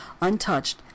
untouched